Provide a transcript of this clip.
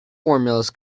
formulas